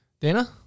Dana